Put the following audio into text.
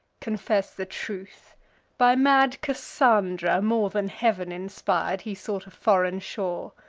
confess the truth by mad cassandra, more than heav'n inspir'd, he sought a foreign shore!